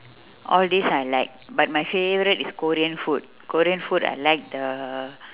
all this I like but my favourite is korean food korean food I like the